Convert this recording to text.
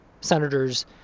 senators